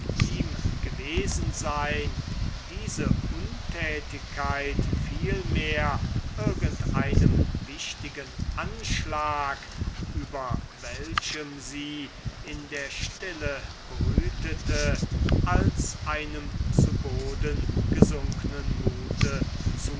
ihm gewesen sein diese untätigkeit vielmehr irgend einem wichtigen streich über welchem sie in der stille brüteten als einem zu boden gesunknen mute